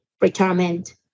retirement